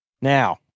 Now